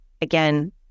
Again